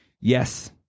Yes